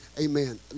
Amen